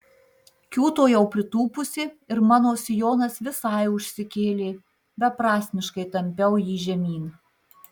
kiūtojau pritūpusi ir mano sijonas visai užsikėlė beprasmiškai tampiau jį žemyn